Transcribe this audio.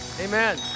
Amen